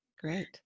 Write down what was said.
great